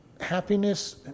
happiness